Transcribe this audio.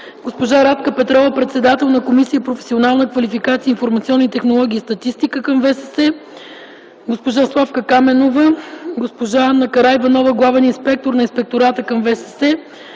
госпожа Радка Петрова - председател на Комисия „Професионална квалификация, информационни технологии и статистика” към ВСС, госпожа Славка Каменова – главен секретар на ВСС, госпожа Ана Караиванова – главен инспектор на Инспектората към ВСС,